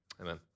Amen